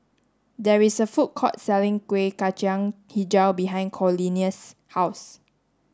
there is a food court selling Kueh Kacang Hijau behind Cornelius' house